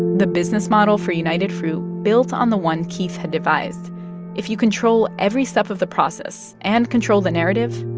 the business model for united fruit built on the one keith had devised if you control every step of the process and control the narrative,